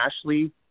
Ashley